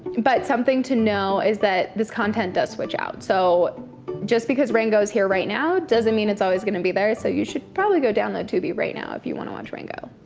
but something to know is that this content does switch out. so just because rango's here right now doesn't mean it's always gonna be there, so you should probably go download tubi right now if you wanna watch rango.